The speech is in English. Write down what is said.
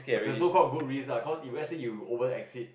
it's like so called good risk ah cause if let's say you exceed